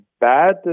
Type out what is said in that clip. bad